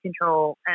control